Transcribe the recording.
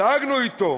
דאגנו אתו.